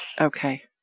Okay